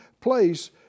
place